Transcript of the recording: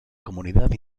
comunidad